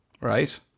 right